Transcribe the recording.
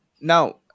now